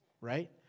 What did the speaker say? right